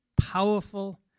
powerful